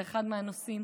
זה אחד מהנושאים.